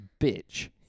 bitch